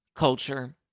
Culture